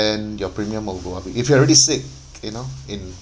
then your premium will go up if you're already sick you know in